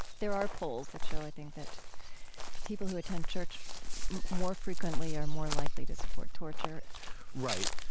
there are polls that show, i think, that people who attend church more frequently are more likely to support torture right.